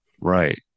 Right